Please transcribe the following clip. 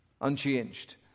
unchanged